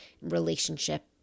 relationship